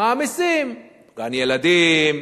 מעמיסים גן-ילדים,